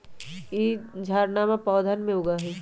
ई झाड़नमा पौधवन में उगा हई